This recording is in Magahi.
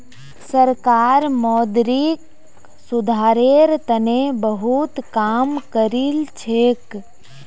सरकार मौद्रिक सुधारेर तने बहुत काम करिलछेक